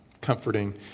comforting